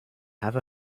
have